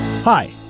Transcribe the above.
Hi